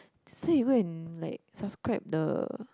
so you go and like subscribe the